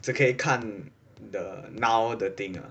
只可以看 the now the thing ah